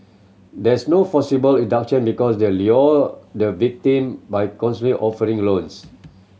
there's no forcible abduction because they are lure the victim by offering loans